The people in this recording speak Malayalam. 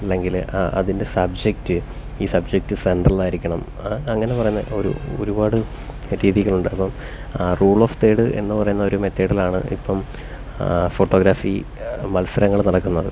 അല്ലെങ്കിൽ അതിന്റെ സബ്ജക്റ്റ് ഈ സബ്ജക്റ്റ് സെന്ട്രല് ആയിരിക്കണം അങ്ങനെ പറഞ്ഞ ഒരു ഒരുപാട് രീതികളുണ്ട് അപ്പം റൂള് ഓഫ് തേര്ഡ് എന്ന് പറയുന്ന ഒരു മെത്തേഡിലാണ് ഫോട്ടോഗ്രാഫി മത്സരങ്ങൾ നടക്കുന്നത്